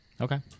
Okay